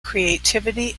creativity